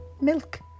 milk